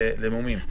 למומים.